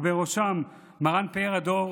ובראשם מרן פאר הדור,